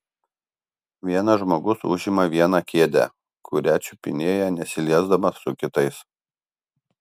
vienas žmogus užima vieną kėdę kurią čiupinėja nesiliesdamas su kitais